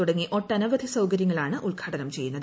തുടങ്ങി ഒട്ടനവധി സൌകര്യങ്ങളാണ് ഉദ്ഘാടനം ചെയ്യുന്നത്